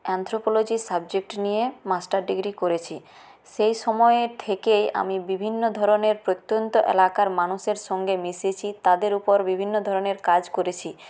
anthropology subject নিয়ে master degree করেছি সেই সময় থেকে আমি বিভিন্ন ধরণের প্রত্যন্ত এলাকার মানুষের সঙ্গে মিশেছি তাদের উপর বিভিন্ন ধরনের কাজ করেছি